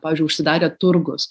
pavyzdžiui užsidarė turgus